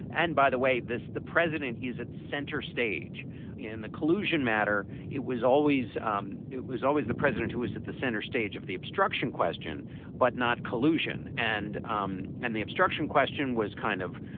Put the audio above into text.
and by the way this the president is at center stage in the collusion matter it was always um it was always the president who is at the center stage of the obstruction question but not collusion and um and the obstruction question was kind of